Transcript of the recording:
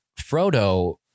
frodo